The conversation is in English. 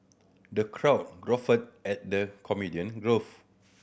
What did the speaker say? the crowd guffawed at the comedian